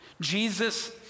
Jesus